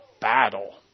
battle